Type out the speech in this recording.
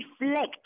reflect